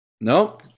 No